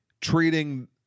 treating